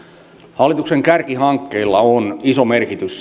hallituksen kärkihankkeilla on iso merkitys